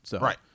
Right